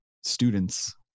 students